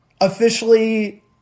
officially